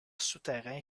souterrain